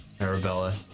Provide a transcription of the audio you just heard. Arabella